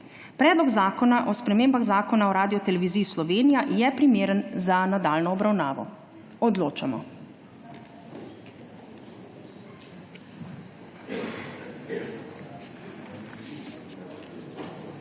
Predlog Zakona o spremembah Zakona o Radioteleviziji Slovenija je primeren za nadaljnjo obravnavo. Odločamo.